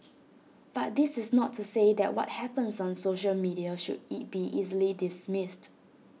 but this is not to say that what happens on social media should E be easily dismissed